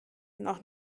noch